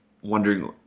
wondering